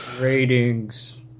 Ratings